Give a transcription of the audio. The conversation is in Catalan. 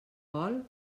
col